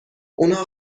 اونها